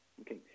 Okay